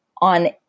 on